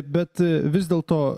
bet vis dėlto